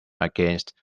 against